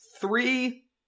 three